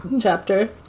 chapter